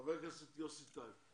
חבר הכנסת יוסף טייב.